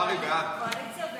חוק העונשין (תיקון מס' 140,